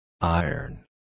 Iron